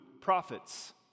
prophets